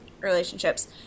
relationships